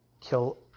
kill